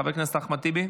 חבר הכנסת אחמד טיבי,